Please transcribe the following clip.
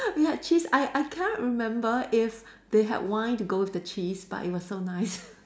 we had cheese I I cannot remember if they had wine to go with the cheese but it was so nice